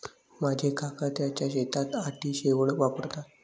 माझे काका त्यांच्या शेतात अँटी शेवाळ वापरतात